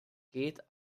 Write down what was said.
geht